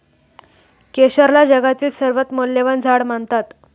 केशरला जगातील सर्वात मौल्यवान झाड मानतात